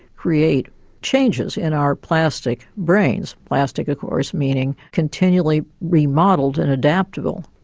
create changes in our plastic brains, plastic of course meaning continually remodelled and adaptable.